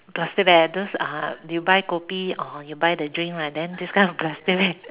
plastic bag those uh you buy kopi or you buy the drink right this kind of plastic bag